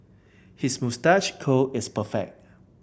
his moustache curl is perfect